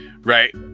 Right